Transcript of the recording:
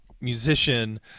musician